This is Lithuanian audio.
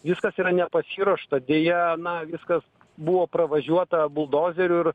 viskas yra nepasiruošta deja na viskas buvo pravažiuota buldozeriu ir